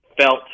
felt